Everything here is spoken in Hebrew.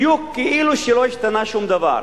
בדיוק כאילו שלא השתנה שום דבר.